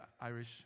Irish